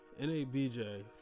NABJ